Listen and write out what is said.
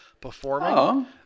performing